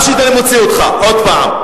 אתם בליכוד, פעם אחר פעם.